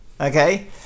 Okay